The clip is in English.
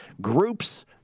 Groups